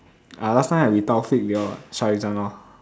ah last time I with Taufiq they all what